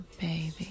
Baby